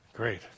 Great